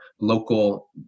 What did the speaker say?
local